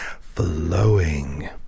flowing